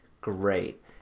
great